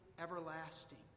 everlasting